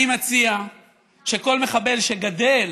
אני מציע שכל מחבל שגדל